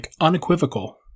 unequivocal